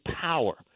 power